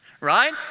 right